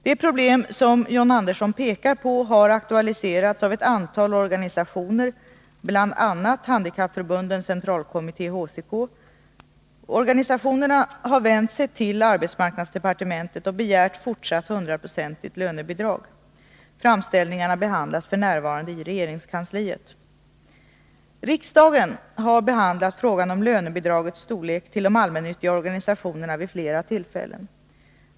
Det problem som John Andersson pekar på har aktualiserats av ett antal organisationer, bl.a. Handikappförbundens Centralkommitté, HCK. Organisationerna har vänt sig till arbetsmarknadsdepartementet och begärt fortsatt hundraprocentigt lönebidrag. Framställningarna behandlas f.n. i regeringskansliet. Riksdagen har behandlat frågan om lönebidragets storlek till de allmännyttiga organisationerna vid flera tilifällen.